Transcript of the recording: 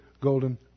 golden